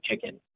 chicken